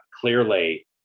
Clearly